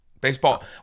Baseball